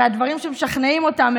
הרי הדברים שמשכנעים אותם,